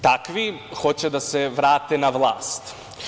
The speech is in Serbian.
Takvi hoće da se vrate na vlast.